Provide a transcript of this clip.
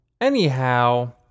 Anyhow